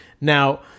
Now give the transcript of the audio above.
Now